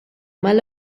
mal